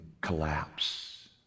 collapse